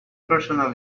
personal